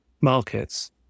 markets